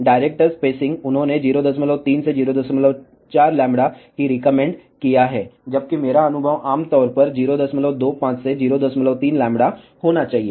director spacing उन्होंने 03 से 04 λ की रिकमेंड किया है जबकि मेरा अनुभव आम तौर पर 025 से 03 λ होना चाहिए